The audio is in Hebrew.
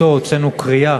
באמצעותו הוצאנו קריאה